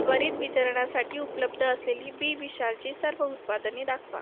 त्वरित वितरणासाठी उपलब्ध असलेली बी विशालची सर्व उत्पादने दाखवा